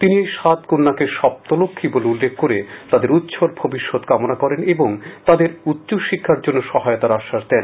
তিনি এই সাত কন্যাকে সপ্তলক্ষী বলে উল্লেখ করে তাদের উজ্জ্বল ভবিষ্যত কামনা করেন ও তাদের উচ্চশিষ্কার জন্য সহায়তার আশ্বাস দেন